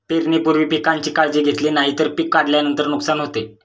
पेरणीपूर्वी पिकांची काळजी घेतली नाही तर पिक वाढल्यानंतर नुकसान होते